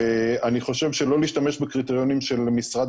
ואני חושב שלא להשתמש בקריטריונים של משרד